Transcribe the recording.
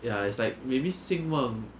ya it's like maybe 兴旺